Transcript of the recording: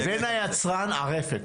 לצרכן.